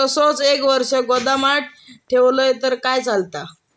ऊस असोच एक वर्ष गोदामात ठेवलंय तर चालात?